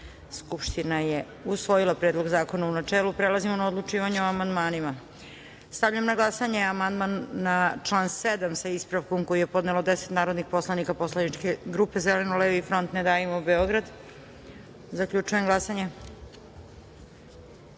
Skupština usvojila Predlog zakona u načelu. Prelazimo na odlučivanje o amandmanima. Stavljam na glasanje amandman na član 6. koji je podelo 10 narodnih poslanika Poslaničke grupe Zeleno levi-front – Ne davimo Beograd. Zaključujem glasanje: